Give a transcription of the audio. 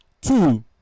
Two